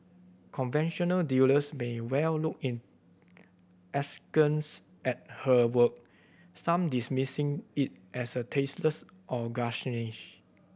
conventional dealers may well look in askance at her work some dismissing it as a tasteless or